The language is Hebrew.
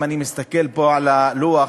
אם אני מסתכל פה על הלוח,